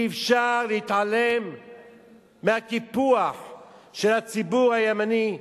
אי-אפשר להתעלם מהקיפוח של הציבור הימני.